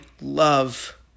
love